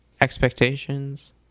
expectations